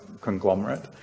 conglomerate